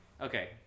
Okay